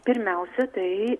pirmiausia tai